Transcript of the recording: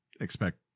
expect